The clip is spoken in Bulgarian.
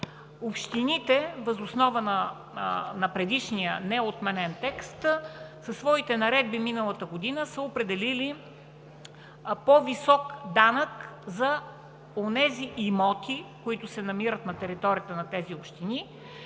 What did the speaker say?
общините, въз основа на предишния неотменен текст, със своите наредби миналата година са определили по-висок данък за онези имоти, които се намират на територията на тези общини,